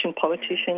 politicians